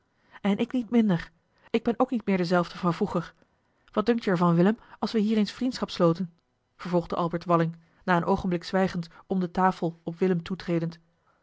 en ik niet minder ik ben ook niet meer dezelfde van vroeger wat dunkt je er van willem als we hier eens vriendschap sloten vervolgde albert walling na een oogenblik zwijgens om de tafel op willem toetredend